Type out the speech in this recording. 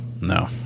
No